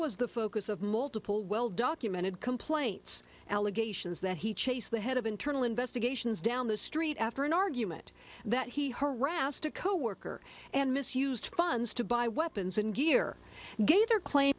was the focus of multiple well documented complaints allegations that he chased the head of internal investigations down the street after an argument that he harassed a coworker and misused funds to buy weapons and gear gave her claim